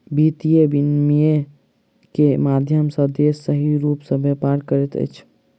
वित्तीय विनियम के माध्यम सॅ देश सही रूप सॅ व्यापार करैत अछि